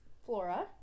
Flora